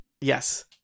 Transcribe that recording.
Yes